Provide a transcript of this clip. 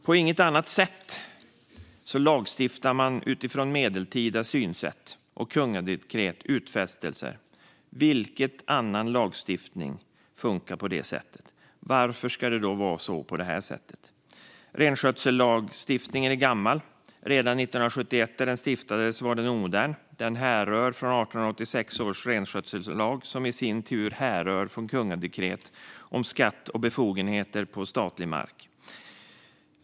På inget annat område lagstiftar man utifrån medeltida synsätt, kungadekret och utfästelser. Vilken annan lagstiftning funkar på det sättet? Varför ska det då vara så på det här området? Renskötsellagstiftningen är gammal; redan 1971, när den stiftades, var den omodern. Den härrör från 1886 års renskötsellag, som i sin tur härrör från kungadekret om skatt och befogenheter på statlig mark.